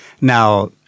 Now